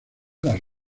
las